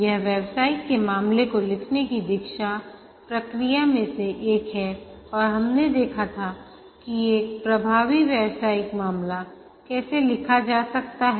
यह व्यवसायिक के मामले को लिखने की दीक्षा प्रक्रिया में से एक है और हमने देखा था कि एक प्रभावी व्यवसायिक मामला कैसे लिखा जा सकता है